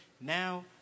Now